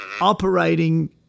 operating